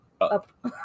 up